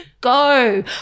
go